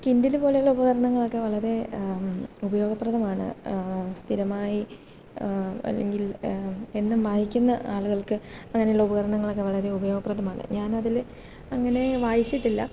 Kindle പോലെയുള്ള ഉപകരണങ്ങളൊക്കെ വളരെ ഉപയോഗപ്രദമാണ് സ്ഥിരമായി അല്ലെങ്കിൽ എന്നും വായിക്കുന്ന ആളുകൾക്ക് അങ്ങനെയുള്ള ഉപകരണങ്ങളൊക്കെ വളരെ ഉപയോഗപ്രദമാണ് ഞാൻ അതിൽ അങ്ങനെ വായിച്ചിട്ടില്ല